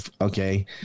Okay